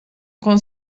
com